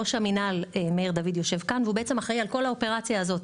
ראש המנהל מאיר דוד יושב כאן והוא אחראי על כל האופרציה הזו,